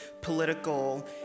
political